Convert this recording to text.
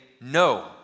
no